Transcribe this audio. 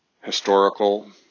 historical